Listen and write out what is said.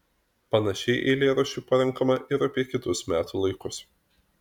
panašiai eilėraščių parenkama ir apie kitus metų laikus